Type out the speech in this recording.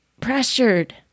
pressured